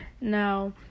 Now